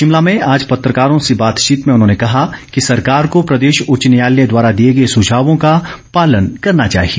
शिमला में आज पत्रकारों से बातचीत में उन्होंने कहा कि सरकार को प्रदेश उच्च न्यायालय द्वारा दिए गए सुझावों का पालन करना चाहिए